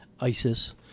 ISIS